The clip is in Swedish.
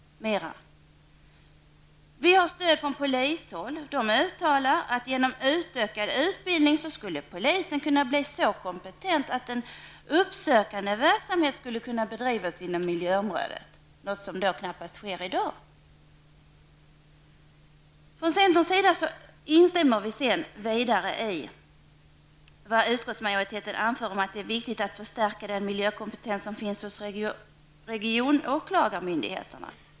Vi får också stöd från polishåll. Polisen har uttalat att genom utökad utbildning skulle polisen bli så kompetent att uppsökande verksamhet skulle kunna bedrivas inom miljöområdet, något som knappast sker i dag. Från centerns sida instämmer vi i vad utskottsmajoriteten anför om att det är viktigt att förstärka den miljökompetens som finns hos regionåklagarmyndigheterna.